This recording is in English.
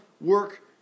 work